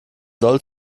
soll